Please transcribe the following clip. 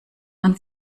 man